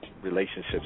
Relationships